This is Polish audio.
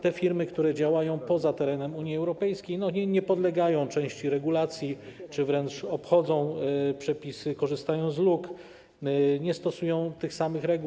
Te firmy, które działają poza terenem Unii Europejskiej, nie podlegają części regulacji czy wręcz obchodzą przepisy, korzystają z luk, nie stosują tych samych reguł.